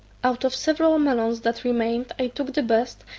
out of several melons that remained i took the best,